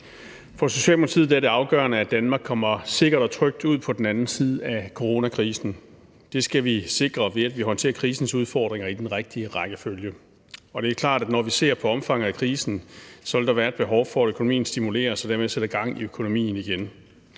For Socialdemokratiet er det afgørende, at Danmark kommer sikkert og trygt ud på den anden side af coronakrisen. Det skal vi sikre, ved at vi håndterer krisens udfordringer i den rigtige rækkefølge. Det er klart, at der, når vi ser på omfanget af krisen, vil være et behov for, at økonomien stimuleres, og at der dermed sættes gang i økonomien igen.